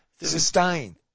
Sustain